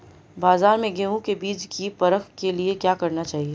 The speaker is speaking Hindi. बाज़ार में गेहूँ के बीज की परख के लिए क्या करना चाहिए?